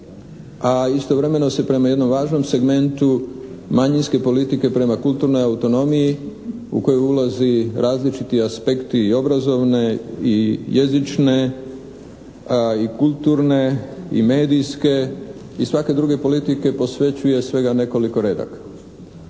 a istovremeno se prema jednom važnom segmentu manjinske politike prema kulturnoj autonomiji u koju ulaze različiti aspekti obrazovne i jezične i kulturne i medijske i svake druge politike posvećuje svega nekoliko redaka.